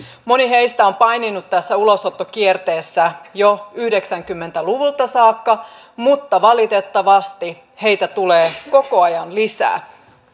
moni heistä on paininut tässä ulosottokierteessä jo yhdeksänkymmentä luvulta saakka mutta valitettavasti heitä tulee koko ajan lisää